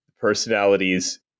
personalities